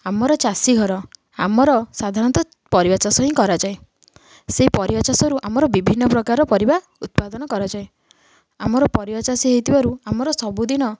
ଆମର ଚାଷୀ ଘର ଆମର ସାଧାରଣତଃ ପରିବା ଚାଷ ହିଁ କରାଯାଏ ସେଇ ପରିବା ଚାଷରୁ ଆମର ବିଭିନ୍ନ ପ୍ରକାର ପରିବା ଉତ୍ପାଦନ କରାଯାଏ ଆମର ପରିବା ଚାଷୀ ହେଇଥିବାରୁ ଆମର ସବୁଦିନ